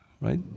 right